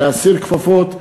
להסיר כפפות,